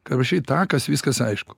ką rašyt tą kas viskas aišku